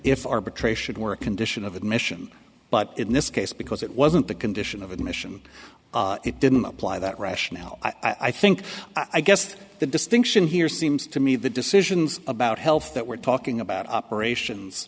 if arbitration were a condition of admission but in this case because it wasn't the condition of admission it didn't apply that rationale i think i guess the distinction here seems to me the decisions about health that we're talking about operations